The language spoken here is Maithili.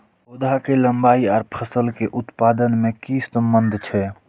पौधा के लंबाई आर फसल के उत्पादन में कि सम्बन्ध छे?